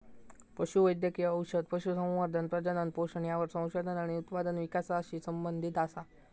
पशु वैद्यकिय औषध, पशुसंवर्धन, प्रजनन, पोषण यावर संशोधन आणि उत्पादन विकासाशी संबंधीत असा